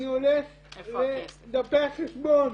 אני הולך לדפי החשבון.